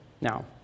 Now